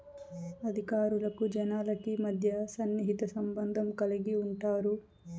అధికారులకు జనాలకి మధ్య సన్నిహిత సంబంధం కలిగి ఉంటారు